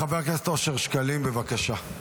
חבר הכנסת אושר שקלים, בבקשה.